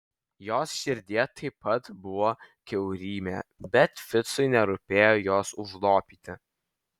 jos širdyje taip pat buvo kiaurymė bet ficui nerūpėjo jos užlopyti